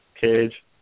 cage